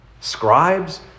Scribes